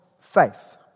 faith